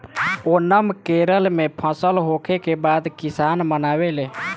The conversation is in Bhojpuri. ओनम केरल में फसल होखे के बाद किसान मनावेले